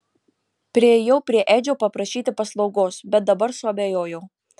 priėjau prie edžio paprašyti paslaugos bet dabar suabejojau